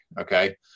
Okay